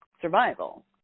survival